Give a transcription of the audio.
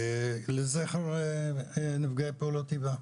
לזכר נפגעי פעולות איבה,